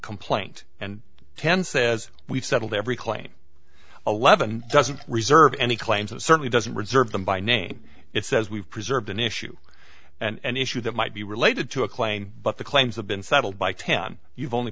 complaint and ten says we've settled every claim eleven doesn't reserve any claims and certainly doesn't reserve them by name it says we've preserved an issue and issue that might be related to a claim but the claims have been settled by ten you've only